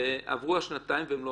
ועברו השנתיים והם לא